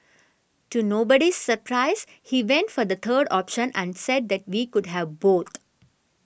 to nobody's surprise he went for the third option and said that we could have both